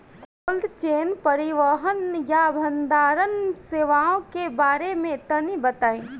Cold chain परिवहन या भंडारण सेवाओं के बारे में तनी बताई?